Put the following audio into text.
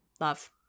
Love